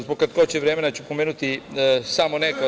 Zbog kratkoće vremena ću pomenuti samo neka.